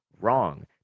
Wrong